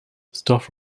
staff